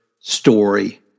story